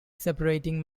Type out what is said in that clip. separating